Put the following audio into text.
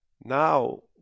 Now